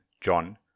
John